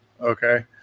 Okay